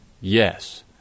Yes